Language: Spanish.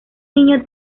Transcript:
niño